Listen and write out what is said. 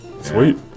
Sweet